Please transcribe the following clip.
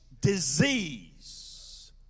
disease